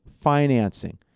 financing